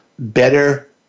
better